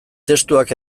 testuak